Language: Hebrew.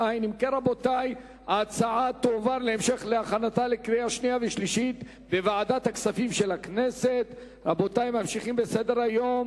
ההצעה להעביר את הצעת חוק הסדרת העיסוק בייעוץ השקעות,